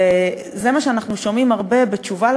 וזה מה שאנחנו שומעים הרבה בתשובה על